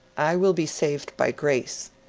i will be saved by grace